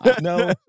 no